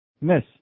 Miss